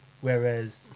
Whereas